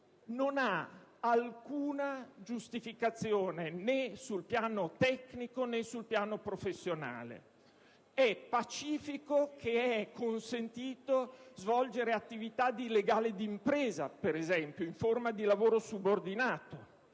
non ha alcuna giustificazione né sul piano tecnico, né sul piano professionale. È pacifico che è consentito anche a chi non è iscritto all'albo svolgere attività di legale d'impresa, per esempio, in forma di lavoro subordinato;